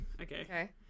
Okay